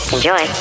Enjoy